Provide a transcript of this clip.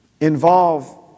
involve